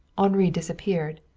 henri disappeared.